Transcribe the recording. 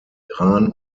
iran